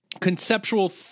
conceptual